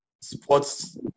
sports